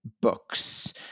books